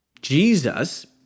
Jesus